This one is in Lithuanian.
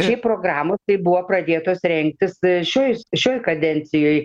šiaip programos tai buvo pradėtos rengtis šioj šioj kadencijoj